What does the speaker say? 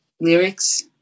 lyrics